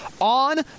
on